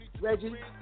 Reggie